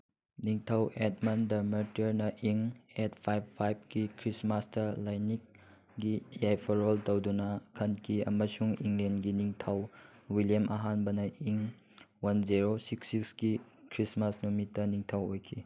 ꯅꯤꯡꯊꯧ ꯑꯦꯗꯃꯟ ꯗ ꯃꯇ꯭ꯌꯔꯅ ꯏꯪ ꯑꯦꯠ ꯐꯥꯏꯕ ꯐꯥꯏꯕꯀꯤ ꯈ꯭ꯔꯤꯁꯃꯥꯁꯇ ꯂꯥꯏꯅꯤꯡꯒꯤ ꯌꯥꯏꯐꯔꯣꯜ ꯇꯧꯗꯨꯅ ꯈꯟꯈꯤ ꯑꯃꯁꯨꯡ ꯏꯪꯂꯦꯟꯒꯤ ꯅꯤꯡꯊꯧ ꯋꯤꯂꯤꯌꯝ ꯑꯍꯥꯟꯕꯅ ꯏꯪ ꯋꯥꯟ ꯖꯦꯔꯣ ꯁꯤꯛꯁ ꯁꯤꯛꯁꯀꯤ ꯈ꯭ꯔꯤꯁꯃꯥꯁ ꯅꯨꯃꯤꯠꯇ ꯅꯤꯡꯊꯧ ꯑꯣꯏꯈꯤ